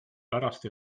pärast